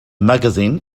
magazine